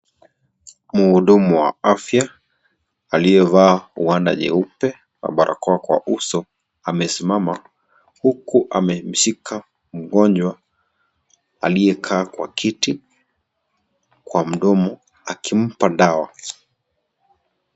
Mhudumu wa afya, aliyevaa wanda jeupe, na barakoa kwa uso, amesimama huku amemshika mgonjwa aliyekaa kwa kiti kwa mdomo, akimpa dawa.